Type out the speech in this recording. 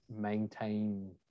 maintain